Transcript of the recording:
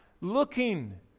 looking